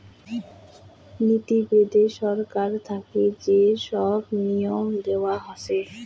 নীতি বেদে ছরকার থাকি যে সব নিয়ম দেয়া হসে